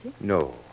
No